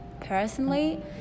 personally